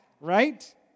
right